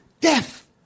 death